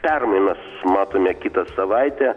permainas matome kitą savaitę